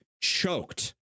choked